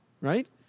right